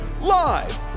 live